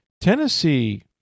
Tennessee